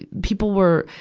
people were,